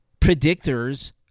predictors